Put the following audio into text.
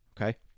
Okay